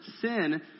sin